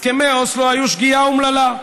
הסכמי אוסלו היו שגיאה אומללה.